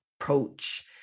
approach